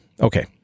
Okay